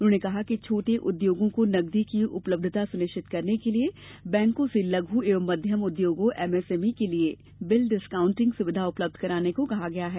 उन्होंने कहा कि छोटे उद्योगों को नकदी की उपलब्यता सुनिश्चित करने के लिए बैंकों से लघु एवं मध्यम उद्योगों एमएसएमई के लिए बिल डिस्काउंटिंग सुविधा उपलब्ध कराने को कहा गया है